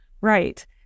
right